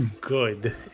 good